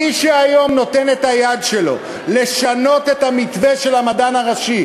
מי שהיום נותן את ידו לשינוי המתווה של המדען הראשי,